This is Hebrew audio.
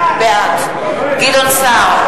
בעד גדעון סער,